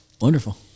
Wonderful